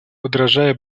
подражая